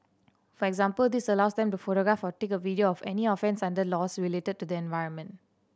for example this allows them to photograph or take a video of any offence under laws related to the environment